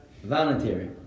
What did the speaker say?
Voluntary